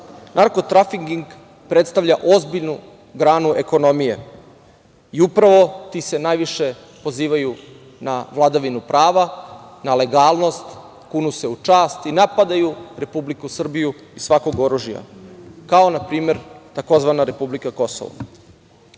narko trafiking predstavlja ozbiljnu granu ekonomije. Upravo ti se najviše pozivaju na vladavinu prava, na legalnost, kunu se u čast i napadaju Republiku Srbiju iz svakog oružja, kao npr. takozvana Republika Kosovo. Ta